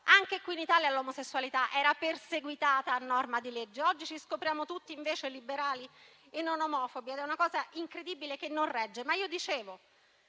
anche qui in Italia l'omosessualità era perseguitata a norma di legge. Oggi ci scopriamo invece tutti liberali e non omofobi, ma è una cosa incredibile, che non regge. Come dicevo